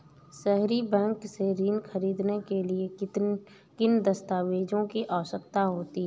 सहरी बैंक से ऋण ख़रीदने के लिए किन दस्तावेजों की आवश्यकता होती है?